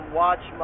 watch